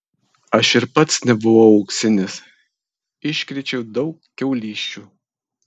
aš ir pats nebuvau auksinis iškrėčiau daug kiaulysčių